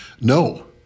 No